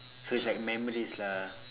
so it's like memories lah